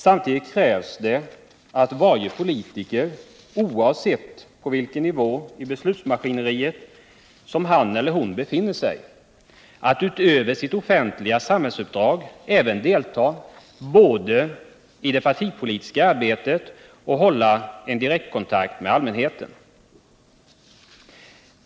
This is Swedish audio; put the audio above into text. Samtidigt krävs det av varje politiker att, oavsett på vilken nivå i beslutsmaskineriet som han eller hon befinner sig, vid sidan av sitt offentliga samhällsuppdrag både delta i det partipolitiska arbetet och hålla en direktkontakt med allmänheten.